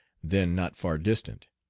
then not far distant,